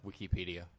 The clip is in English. Wikipedia